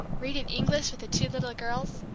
reading english with the two little girls,